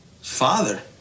Father